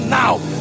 now